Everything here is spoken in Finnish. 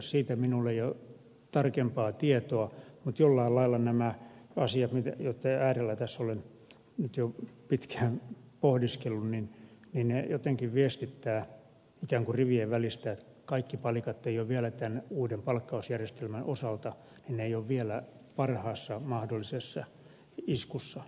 siitä minulla ei ole tarkempaa tietoa mutta jollain lailla nämä asiat joiden äärellä tässä olen nyt jo pitkään pohdiskellut jotenkin viestittävät ikään kuin rivien välistä että kaikki palikat eivät ole vielä tämän uuden palkkausjärjestelmän osalta parhaassa mahdollisessa iskussa